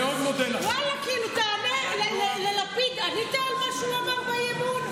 שאלתי אם תקומה קיבלו את הכסף או שיש חקיקה בשביל תקומה שטרם הוגשה?